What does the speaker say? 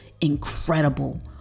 incredible